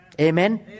Amen